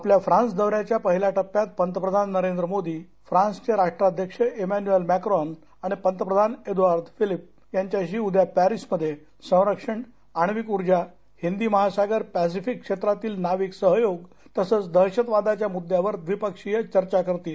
आपल्या फ्रान्स दौऱ्याच्या पहिल्या टप्प्यात पंतप्रधान नरेंद्र मोदी फ्रान्स चे राष्ट्राध्यक्ष इमॅन्युअल मॅकरॉन आणि पंतप्रधान एदुआर्द फिलिप यांच्याशी उद्या पैरिस मध्ये संरक्षण आणिवक ऊर्जा हिंदी महासागर पॅसिफिक क्षेत्रातील नाविक सहयोग तसंच दहशतवादाच्या मुद्द्यांवर द्विपक्षीय चर्चा करतील